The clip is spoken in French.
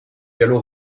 gallo